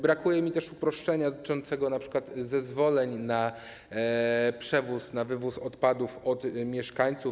Brakuje mi też uproszczenia dotyczącego np. zezwoleń na przewóz, na wywóz odpadów od mieszkańców.